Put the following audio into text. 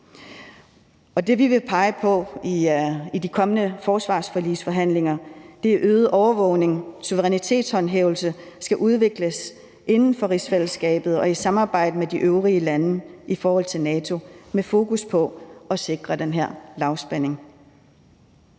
Det, vi vil pege på i de kommende forsvarsforligsforhandlinger, er øget overvågning, og suverænitetshåndhævelse skal udvikles inden for rigsfællesskabet og i samarbejde med de øvrige lande i forhold til NATO med fokus på at sikre den her lavspænding.